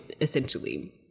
essentially